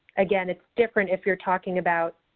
again, it's different if you're talking about.